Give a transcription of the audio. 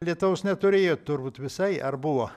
lietaus neturėjo turbūt visai ar buvo